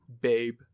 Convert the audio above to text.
babe